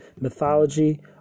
mythology